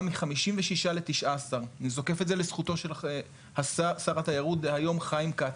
מ-56 ל-19 אני זוקף את זה לזכותו של שר התיירות דהיום חיים כץ,